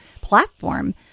platform